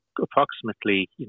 approximately